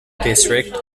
district